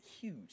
huge